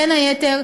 בין היתר,